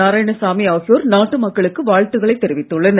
நாராயணசாமி ஆகியோர் நாட்டு மக்களுக்கு வாழ்த்துக்களை தெரிவித்துள்ளனர்